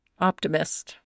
Optimist